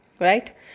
right